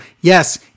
yes